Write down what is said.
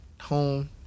home